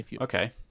okay